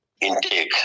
intake